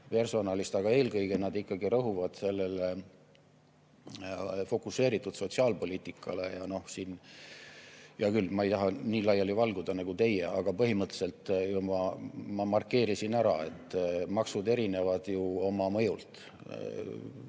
personalist. Aga eelkõige nad ikkagi rõhuvad fokuseeritud sotsiaalpoliitikale. Noh, hea küll, ma ei taha nii laiali valguda nagu teie, aga põhimõtteliselt ma markeerisin ära, et maksud erinevad oma mõjult,